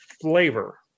flavor